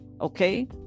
Okay